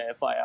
FIR